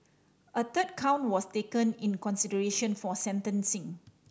a third count was taken in consideration for sentencing